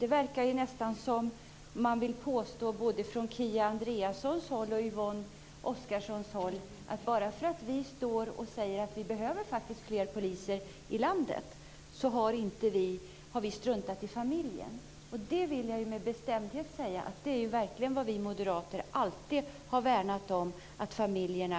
Det verkar nästan som att både Kia Andreasson och Yvonne Oscarsson vill påstå att bara för att vi tycker att det behövs fler poliser i landet har vi struntat i familjen. Det vill jag med bestämdhet säga, att vi moderater har alltid värnat om familjen.